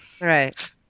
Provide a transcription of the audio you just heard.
right